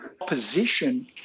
opposition